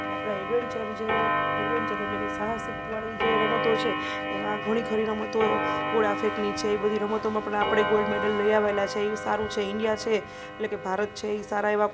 આપણા એડવેન્ચર જે એડવેન્ચર એટલે સાહસિકતાવાળી જે રમતો છે એમાં ઘણી ખરી રમતો ગોળા ફેંકની છે એ બધી રમતોમાં પણ આપણે ગોલ્ડ મેડલ લઈ આવેલા છે એ સારું છે ઈન્ડિયા છે એટલે કે ભારત છે એ સારા એવા